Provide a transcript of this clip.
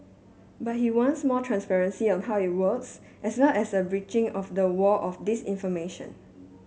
but he wants more transparency on how it works as well as a breaching of the wall of disinformation